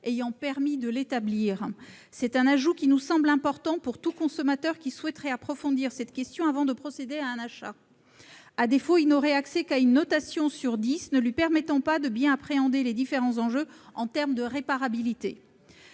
ayant permis de l'établir. Cet ajout nous semble important pour tout consommateur qui souhaiterait approfondir cette question avant d'effectuer un achat. À défaut, celui-ci n'aurait accès qu'à une notation sur dix, qui ne lui permettrait pas de bien appréhender les différents enjeux en termes de réparabilité